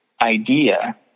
idea